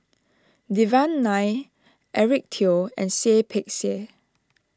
Devan Nair Eric Teo and Seah Peck Seah